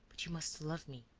but you must love me!